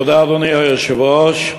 אדוני היושב-ראש,